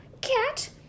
Cat